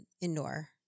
indoor